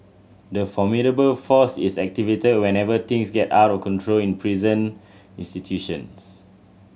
the formidable force is activated whenever things get out of control in prison institutions